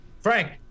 Frank